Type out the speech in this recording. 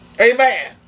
Amen